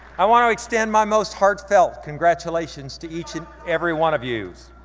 i want to extend my most heartfelt congratulations to each and every one of you.